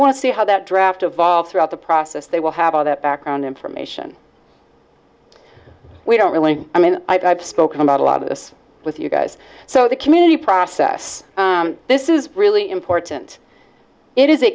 want to see how that draft evolves throughout the process they will have all the background information we don't really i mean i've spoken about a lot of this with you guys so the community process this is really important it is a